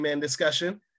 discussion